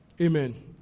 Amen